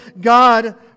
God